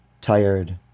tired